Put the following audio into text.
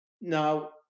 Now